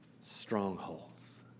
strongholds